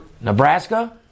Nebraska